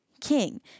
King